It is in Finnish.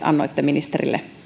annoitte ministerille